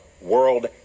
World